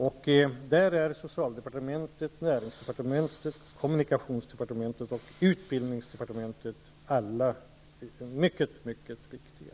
Där är socialdepartementet, näringsdepartementet, kommunikationsdepartementet och utbildningsdepartementet alla mycket viktiga.